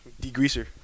Degreaser